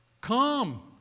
come